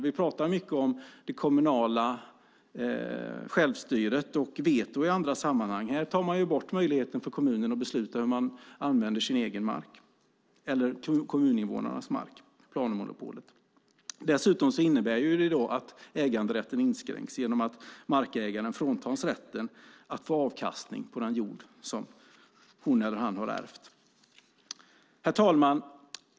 Vi pratar mycket om det kommunala självstyret och vetot i andra sammanhang. Här tar man bort möjligheten för kommunerna att besluta hur de ska använda sin egen mark, eller kommuninvånarnas mark, planmonopolet. Dessutom innebär det att äganderätten inskränks genom att markägaren fråntas rätten att få avkastning på den jord som hon eller han har ärvt. Herr talman!